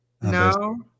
no